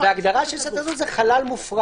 וההגדרה של שטח סגור היא חלל מופרד.